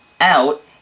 out